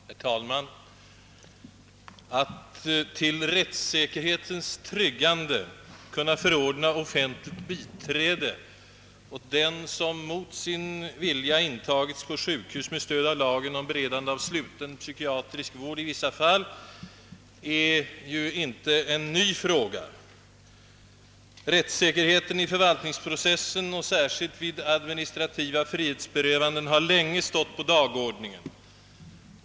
Herr talman! Att till rättssäkerhetens tryggande kunna förordna offentligt biträde åt den som mot sin vilja intagits på sjukhus med stöd av lagen om beredande av sluten psykiatrisk vård i vissa fall är ju inte en ny fråga. Rättssäkerheten i förvaltningsprocessen och särskilt vid administrativa frihetsberövanden har länge stått på dagordningen.